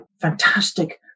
fantastic